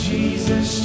Jesus